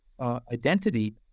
identity